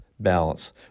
balance